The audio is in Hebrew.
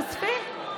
חושפים.